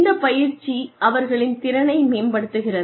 இந்த பயிற்சி அவர்களின் திறனை மேம்படுத்துகிறது